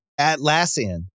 Atlassian